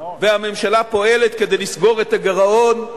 והממשלה פועלת כדי לסגור את הגירעון.